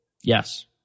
Yes